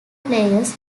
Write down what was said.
players